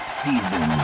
season